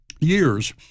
years